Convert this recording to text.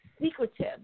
secretive